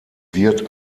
wird